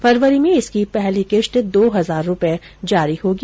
फरवरी में इसकी पहली किश्त दो हजार रूपए जारी होगी